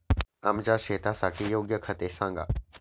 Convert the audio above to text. आमच्या शेतासाठी योग्य खते सांगा